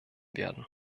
werden